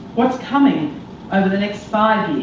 what's coming over the next five